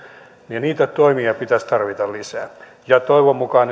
niitä toimia pitäisi tarjota lisää ja toivon mukaan